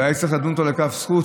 אולי צריך לדון אותו לכף זכות,